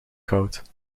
goud